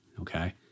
okay